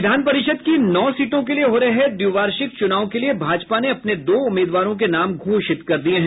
विधान परिषद् की नौ सीटों के लिये हो रहे द्विवार्षिक चुनाव के लिये भाजपा ने अपने दो उम्मीदवारों के नाम घोषित कर दिये हैं